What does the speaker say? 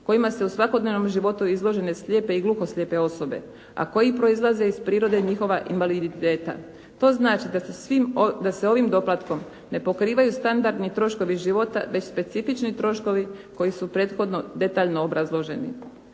kojima su u svakodnevnom životu izložene slijepe i gluhoslijepe osobe a koje proizlaze iz prirode njihova invaliditeta. To znači da se svim, da se ovim doplatkom na pokrivaju standardni troškovi života već specifični troškovi koji su prethodno detaljno obrazloženi.